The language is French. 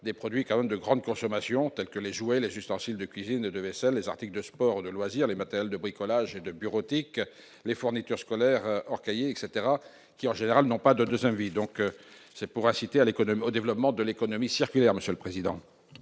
des produits quand même de grande consommation, tels que les jouets, les ustensiles de cuisine, de vaisselle, les articles de sport de loisirs, les matériels de bricolage et de bureautique, les fournitures scolaires en cahier, etc, qui en général n'ont pas de 2ème vie, donc c'est pour inciter à l'économie, au développement de l'économie circulaire, Monsieur le Président.